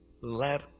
let